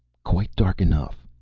quite dark enough,